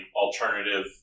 alternative